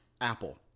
Apple